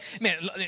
man